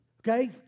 Okay